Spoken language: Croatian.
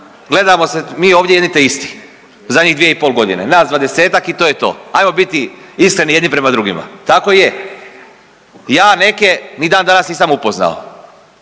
gledamo se mi ovdje jedni te isti zadnjih 2,5.g., nas 20-tak i to je to, ajmo biti iskreni jedni prema drugima, tako je. Ja neke ni dan danas nisam upoznao,